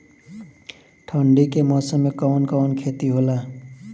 ठंडी के मौसम में कवन कवन खेती होला?